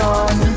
on